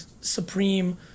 Supreme